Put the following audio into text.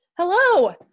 Hello